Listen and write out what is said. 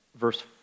verse